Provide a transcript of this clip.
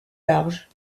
large